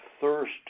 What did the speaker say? thirst